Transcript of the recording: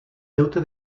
deute